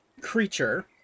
creature